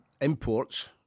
imports